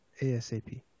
asap